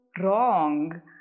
wrong